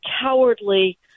cowardly